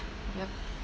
yup